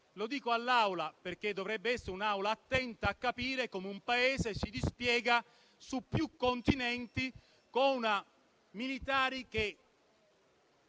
Lo dico all'Assemblea perché dovrebbe essere attenta a capire come un Paese si dispiega su più continenti con militari che